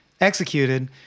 executed